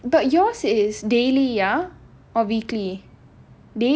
but yours is daily ya or weekly